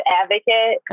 advocate